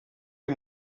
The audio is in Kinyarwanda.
uyu